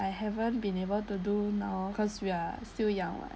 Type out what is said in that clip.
I haven't been able to do now cause we are still young [what]